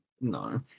No